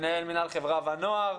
מנהל מינהל חברה ונוער,